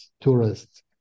tourists